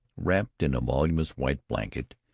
wrapped in a voluminous white blanket,